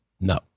No